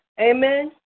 Amen